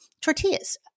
tortillas